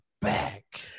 Back